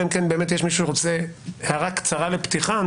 אלא אם כן יש מי שרוצה הערה קצרה לפתיחה.